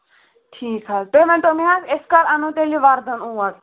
ٹھیٖک حظ تُہۍ ؤنۍتو مےٚ حظ أسۍ کر اَنو تیٚلہِ یہِ وَردَن اور